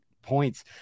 Points